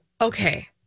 Okay